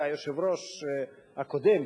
והיושב-ראש הקודם,